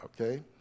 okay